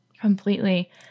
Completely